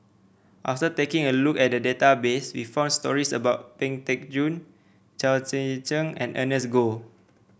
after taking a look at the database we found stories about Pang Teck Joon Chao Tzee Cheng and Ernest Goh